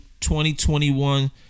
2021